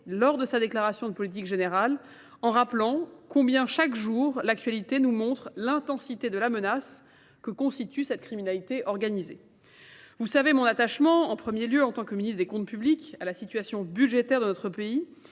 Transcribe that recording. lors de sa déclaration de politique générale en rappelant combien chaque jour l'actualité nous montre l'intensité de la menace que constitue cette criminalité organisée. Vous savez mon attachement en premier lieu en tant que ministre des Comptes publics à la situation budgétaire de notre pays